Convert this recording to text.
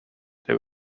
they